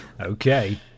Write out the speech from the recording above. Okay